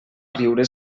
riure